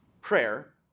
prayer